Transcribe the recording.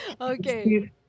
Okay